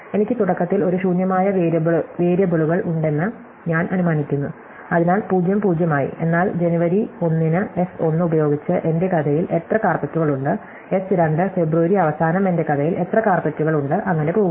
എനിക്ക് തുടക്കത്തിൽ ഒരു ശൂന്യമായ വേരിയബിളുകളുണ്ടെന്ന് ഞാൻ അനുമാനിക്കുന്നു അതിനാൽ 0 0 ആയി എന്നാൽ ജനുവരി 1 ന് s 1 ഉപയോഗിച്ച് എന്റെ കഥയിൽ എത്ര കാര്പെറ്റുകൾ ഉണ്ട് s 2 ഫെബ്രുവരി അവസാനം എന്റെ കഥയിൽ എത്ര കാര്പെറ്റുകൾ ഉണ്ട് അങ്ങെനെ പോകുന്നു